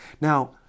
Now